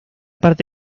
parte